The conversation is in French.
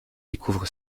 découvre